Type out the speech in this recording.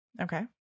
Okay